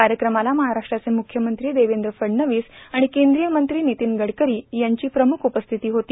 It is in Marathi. कार्यक्रमाला महाराष्ट्राचे मुख्यमंत्री देवेंद्र फडणवीस आणि केंद्रीय मंत्री नितीन गडकरी यांची प्रमुख उपस्थिती होती